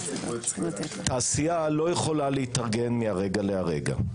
תעשייה לא יכולה להתארגן מהרגע להרגע.